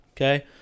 Okay